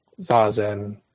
zazen